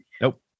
Nope